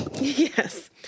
Yes